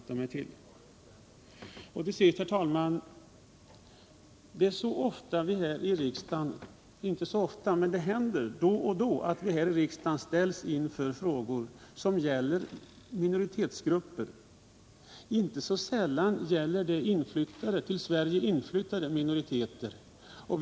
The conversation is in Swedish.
Till sist, herr talman. Det händer då och då att vi här i riksdagen ställs inför frågor som gäller minoritetsgrupper. Inte så sällan gäller det till Sverige inflyttade minoriteter.